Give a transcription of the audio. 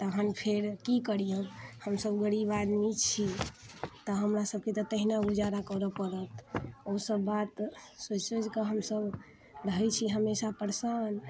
तहन फेर कि करि हम हमसभ गरीब आदमी छी तऽ हमरा सभके तऽ तहिना गुजारा करऽ पड़त ओ सभ बात सोचि सोचि कऽ हमसभ रहै छी हमेशा परेशान